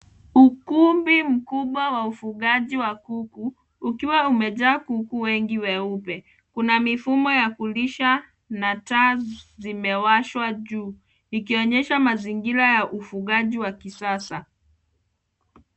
Ukumbi mkubwa wa ufugaji wa kuku ukiwa umejaa kuku wengi weupe. Kuna mifumo ya kulisha na taa zimewashwa juu ikionyesha mazingira ya ufugaji wa kisasa.